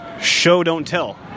show-don't-tell